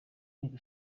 nteko